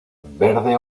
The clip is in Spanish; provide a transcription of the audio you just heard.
verde